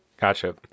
Gotcha